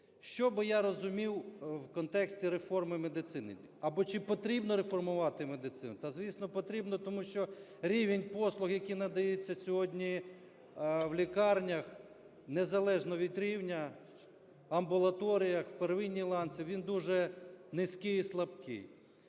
Що би я розумів у контексті реформи медицини? Або чи потрібно реформувати медицину? Та, звісно, потрібно, тому що рівень послуг, які надаються сьогодні в лікарнях, незалежно від рівня – в амбулаторіях, у первинній ланці – він дуже низький і слабкий.